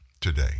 today